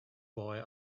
boy